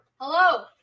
Hello